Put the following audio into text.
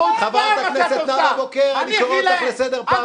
חבר הכנסת יונה, אני קורא אותך לסדר פעם